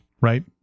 right